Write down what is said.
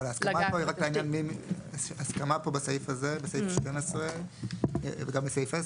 אבל ההסכמה פה בסעיף (12) וגם בסעיף (10),